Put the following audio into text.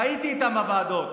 והייתי איתם בוועדות,